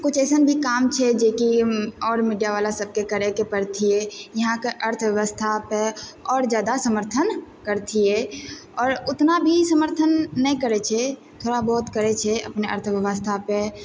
किछु एसन भी काम छै जे कि आओर मीडिया बला सबके करैके पड़तियै यहाँके अर्थव्यवस्था पे आओर जादा समर्थन करतियै आओर उतना भी समर्थन नहि करै छै थोड़ा बहुत करै छै अपने अर्थव्यवस्था पे